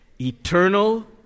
Eternal